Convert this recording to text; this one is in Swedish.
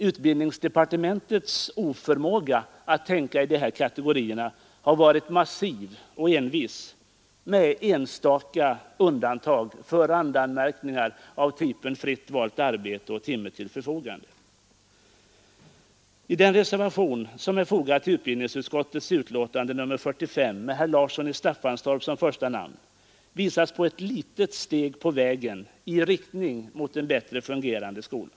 Utbildningsdepartementets oförmåga att tänka i dessa kategorier har varit massiv och envis, med enstaka undantag för randanmärkningar av typen ”fritt valt arbete” och ”timme till förfogande”. I den reservation som är fogad till utbildningsutskottets betänkande nr 45 med herr Larsson i Staffanstorp som första namn visas på ett litet steg på vägen i riktning mot en bättre fungerande skola.